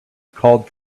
called